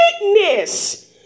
witness